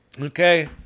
Okay